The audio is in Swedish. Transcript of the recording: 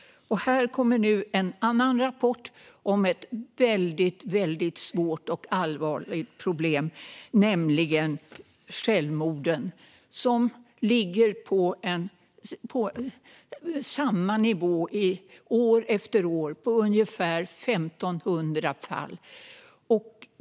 Här kommer nu en annan rapport om ett väldigt svårt och allvarligt problem, nämligen självmorden. De ligger på samma nivå år efter år - ungefär 1 500 fall.